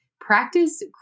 practice